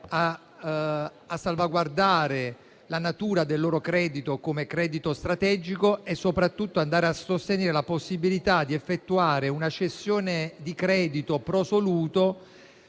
a salvaguardare la natura del loro credito come credito strategico e soprattutto a sostenere la possibilità di effettuare una cessione di credito *pro soluto*,